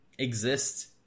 exist